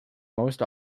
most